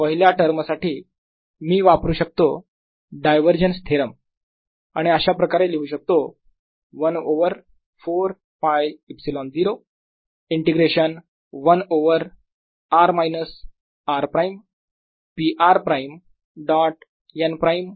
पहिल्या टर्म साठी मी वापरू शकतो डायव्हरजन्स थेरम आणि अशा प्रकारे लिहू शकतो 1 over 4πε0 integration 1 over r minus r prime p r prime dot n prime